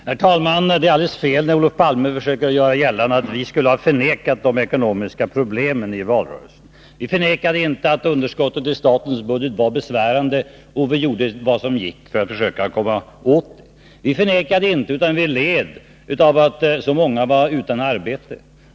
Herr talman! Det är alldeles fel när Olof Palme försöker göra gällande att vi skulle ha förnekat de ekonomiska problemen i valrörelsen. Vi förnekade inte att underskottet i statens budget var besvärande, och vi gjorde vad som var möjligt för att försöka komma åt det. Vi förnekade inte — utan vi led av — att så många var utan arbete.